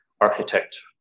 architect